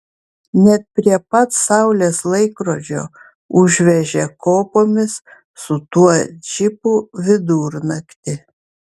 net prie pat saulės laikrodžio užvežė kopomis su tuo džipu vidurnaktį